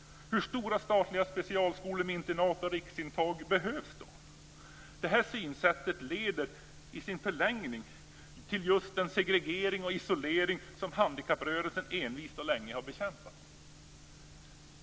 Hur stora statliga specialskolor med internat och riksintag behövs då? Det här synsättet leder i sin förlängning till just den segregering och isolering som handikapprörelsen envist och länge har bekämpat.